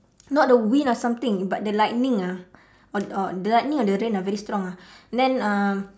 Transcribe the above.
not the wind or something but the lightning ah or or the lightning or the rain ah very strong ah and then uh